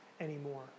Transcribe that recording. anymore